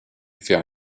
vers